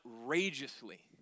outrageously